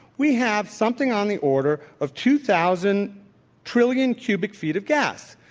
we have something on the order of two thousand trillion cubic feet of gas.